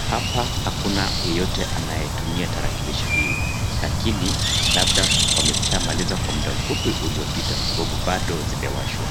Hapa hakuna yeyote anayetumia tarakilishi hii. Lakini labda wameshamaliza kwa mda mfupi uliopita kwa sababu bado zimewashwa.